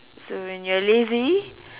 so when you are lazy